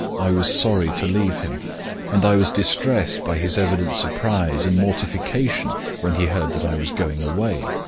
i was sorry to leave him and i was distressed by his evident surprise and mortification when he heard that i was going away.